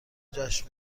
جشن